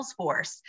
Salesforce